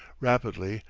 rapidly,